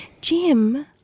Jim